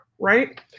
right